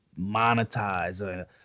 monetize